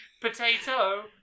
Potato